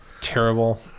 terrible